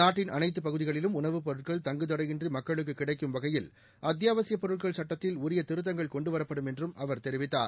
நாட்டின் அனைத்து பகுதிகளிலும் உணவுப்பொருட்கள் தங்குத்தடையின்றி மக்களுக்கு கிடைக்கும் வகையில் அத்தியாவசிய பொருட்கள் சுட்டத்தில் உரிய திருத்தங்கள் கொண்டு வரப்படும் என்றும் அவா் தெரிவித்தார்